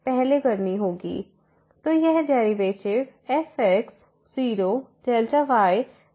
तो यह derivative fx 0Δy यहाँ क्या है